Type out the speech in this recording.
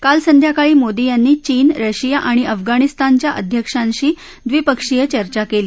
काल संध्याकाळी मोदी यांनी चीन रशिया आणि अफगाणिस्तानच्या अध्यक्षांशी ड्रीपक्षीय चर्चा केली